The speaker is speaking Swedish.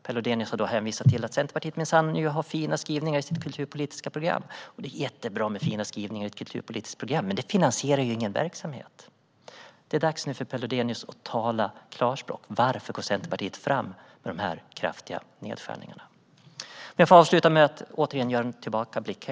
Per Lodenius har hänvisat till att Centerpartiet minsann har fina skrivningar i sitt kulturpolitiska program. Det är jättebra med fina skrivningar i ett kulturpolitiskt program, men det finansierar ju ingen verksamhet. Det är dags för Per Lodenius att tala klarspråk: Varför går Centerpartiet fram med de här kraftiga nedskärningarna? Jag vill avsluta med att återigen göra en tillbakablick.